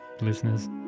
Listeners